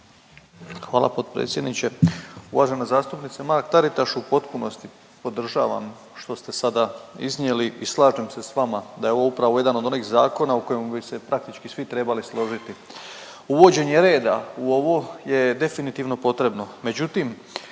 Hvala potpredsjedniče. Uvažena zastupnice Mrak-Taritaš, u potpunosti podržavam što ste sada iznijeli i slažem se s vama da je ovo upravo jedan od onih zakona o kojem bi se praktički svi trebali složiti. Uvođenje reda u ovo je definitivno potrebno,